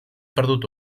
perdut